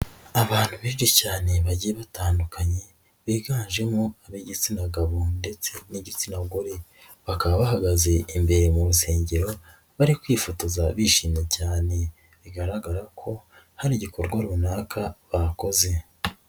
Abantu benshi cyane bagiye batandukanye, biganjemo ab'igitsina gabo ndetse n'igitsina gore, bakaba bahagaze imbere mu rusengero, bari kwifotoza bishimye cyane, bigaragara ko hari igikorwa runaka bakoze.